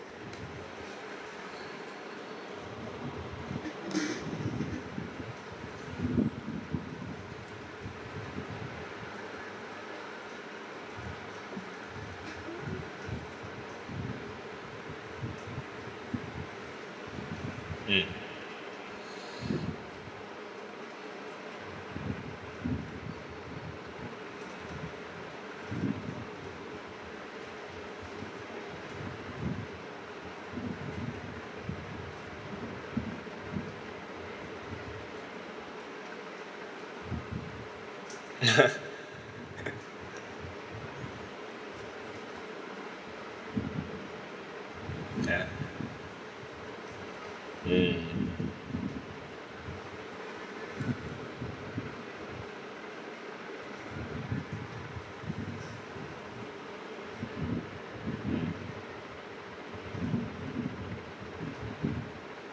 mm mm